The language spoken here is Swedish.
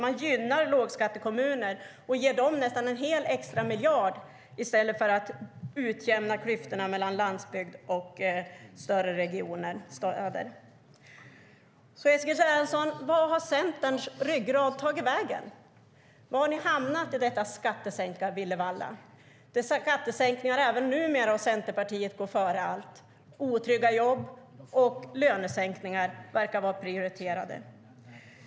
Man gynnar lågskattekommuner och ger dem nästan en hel extramiljard i stället för att utjämna klyftorna mellan landsbygd och större regioner. Eskil Erlandsson, vart har Centerns ryggrad tagit vägen? Var har ni hamnat i denna skattesänkarvillervalla? Dessa skattesänkningar går numera före allt annat för Centerpartiet. Otrygga jobb och lönesänkningar verkar vara prioriterade.